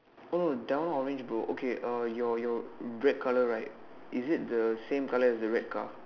oh no that one orange bro okay uh your your red colour right is it the same colour as the red colour car